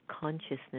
consciousness